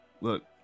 Look